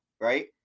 right